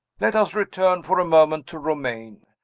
let us return for a moment to romayne,